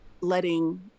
letting